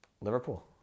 Liverpool